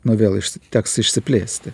nu vėl teks išsiplėsti